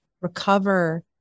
recover